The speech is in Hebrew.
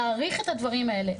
להעריך את הדברים האלה.